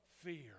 fear